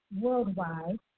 worldwide